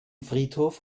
friedhof